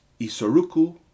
Isoruku